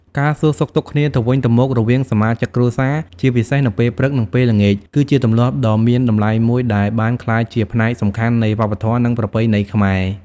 ការសួរសុខទុក្ខគ្នាទៅវិញទៅមករវាងសមាជិកគ្រួសារ ជាពិសេសនៅពេលព្រឹក និងពេលល្ងាច គឺជាទម្លាប់ដ៏មានតម្លៃមួយដែលបានក្លាយជាផ្នែកសំខាន់នៃវប្បធម៌ និងប្រពៃណីខ្មែរ។